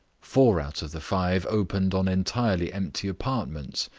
four out of the five opened on entirely empty apartments.